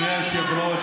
אדוני היושב-ראש,